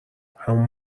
همون